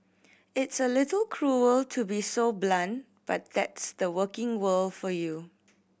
it's a little cruel to be so blunt but that's the working world for you